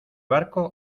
barco